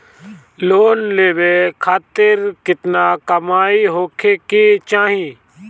Loan लेवे खातिर केतना कमाई होखे के चाही?